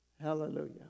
Hallelujah